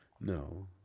No